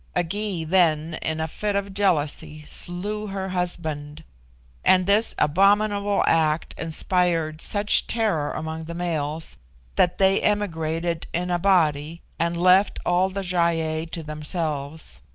a gy, then, in a fit of jealousy, slew her husband and this abominable act inspired such terror among the males that they emigrated in a body and left all the gy-ei to themselves.